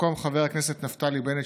במקום חבר הכנסת נפתלי בנט,